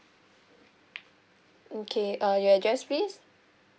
okay err your address please